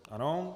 Ano.